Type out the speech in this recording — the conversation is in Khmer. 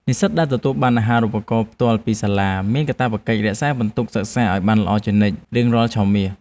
និស្សិតដែលទទួលបានអាហារូបករណ៍ផ្ទាល់ពីសាលាមានកាតព្វកិច្ចរក្សាពិន្ទុសិក្សាឱ្យបានល្អជានិច្ចរៀងរាល់ឆមាស។